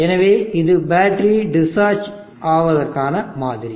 எனவே இது battery discharge ஆவதற்கான மாதிரி